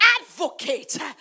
advocate